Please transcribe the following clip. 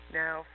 now